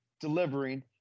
delivering